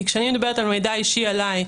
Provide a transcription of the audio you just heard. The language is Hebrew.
כי כשאני מדברת על מידע אישי עליי,